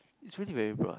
is really very broad